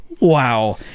Wow